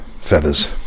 feathers